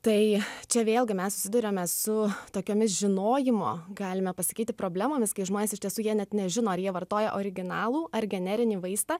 tai čia vėlgi mes susiduriame su tokiomis žinojimo galime pasakyti problemomis kai žmonės iš tiesų jie net nežino ar jie vartoja originalų ar generinį vaistą